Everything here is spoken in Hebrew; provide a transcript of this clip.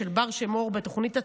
של בר שם-אור בתוכנית הצינור,